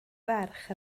ferch